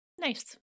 Nice